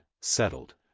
settled